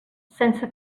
sense